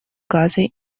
газой